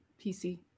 PC